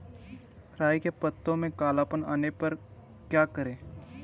राई के पत्तों में काला पन आने पर क्या करें?